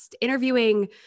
interviewing